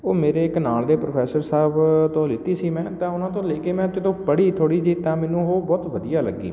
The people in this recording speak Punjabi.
ਉਹ ਮੇਰੇ ਇੱਕ ਨਾਲ਼ ਦੇ ਪ੍ਰੋਫੈਸਰ ਸਾਹਿਬ ਤੋਂ ਲਿੱਤੀ ਸੀ ਮੈਂ ਤਾਂ ਉਹਨਾਂ ਤੋਂ ਲੈ ਕੇ ਮੈਂ ਜਦੋਂ ਪੜ੍ਹੀ ਥੋੜ੍ਹੀ ਜਿਹੀ ਤਾਂ ਮੈਨੂੰ ਉਹ ਬਹੁਤ ਵਧੀਆ ਲੱਗੀ